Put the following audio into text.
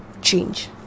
change